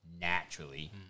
naturally